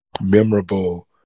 memorable